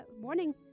morning